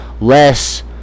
less